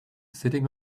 sitting